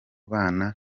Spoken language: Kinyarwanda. bana